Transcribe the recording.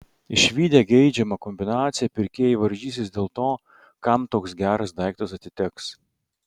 išvydę geidžiamą kombinaciją pirkėjai varžysis dėl to kam toks geras daiktas atiteks